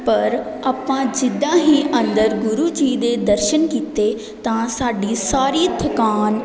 ਪਰ ਆਪਾਂ ਜਿੱਦਾਂ ਹੀ ਅੰਦਰ ਗੁਰੂ ਜੀ ਦੇ ਦਰਸ਼ਨ ਕੀਤੇ ਤਾਂ ਸਾਡੀ ਸਾਰੀ ਥਕਾਨ